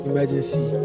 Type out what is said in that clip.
Emergency